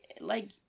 like-